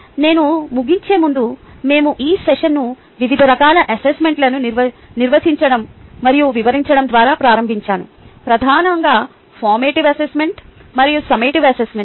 నేను ముగించే ముందు మేము ఈ సెషన్ను వివిధ రకాల అసెస్మెంట్లను నిర్వచించడం మరియు వివరించడం ద్వారా ప్రారంభించాను ప్రధానంగా ఫార్మేటివ్ అసెస్మెంట్ మరియు సమ్మేటివ్ అసెస్మెంట్